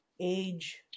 age-